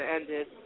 ended